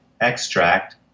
extract